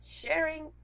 sharing